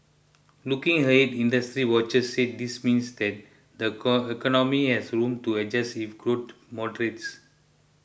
looking ahead industry watchers said this means that the core economy has room to adjust if growth moderates